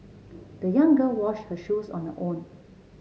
the young girl washed her shoes on her own